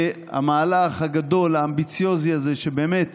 והמהלך הגדול, האמביציוזי הזה, שבאמת